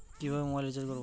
কিভাবে mobile recharge করব?